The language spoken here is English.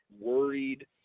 worried